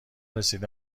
رسیده